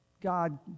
God